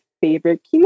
favorite